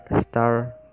star